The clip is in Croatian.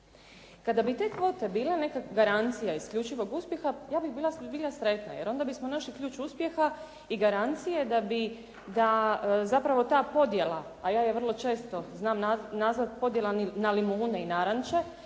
Kada bi te kvote bile neka garancija isključivog uspjeha, ja bih bila zbilja sretna jer ona bismo našli ključ uspjeha i garancije da zapravo ta podjela, a ja je vrlo često znam nazvati podjela na limune i naranče,